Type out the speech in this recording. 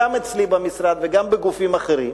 גם אצלי במשרד וגם בגופים אחרים,